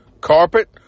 carpet